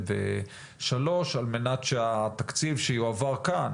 על מנת שהתקציב יועבר כאן,